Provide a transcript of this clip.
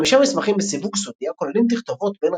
חמישה מסמכים בסיווג סודי הכוללים תכתובות בין